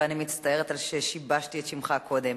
ואני מצטערת על ששיבשתי את שמך קודם.